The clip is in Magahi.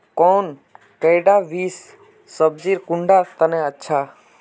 कौन कुंडा बीस सब्जिर कुंडा तने अच्छा?